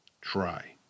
try